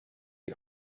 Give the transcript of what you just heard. die